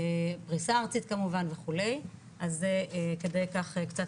פריסה ארצית כמובן וכו' אז כדי קצת